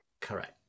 Correct